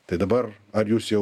tai dabar ar jūs jau